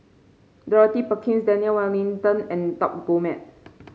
Dorothy Perkins Daniel Wellington and Top Gourmet